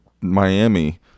Miami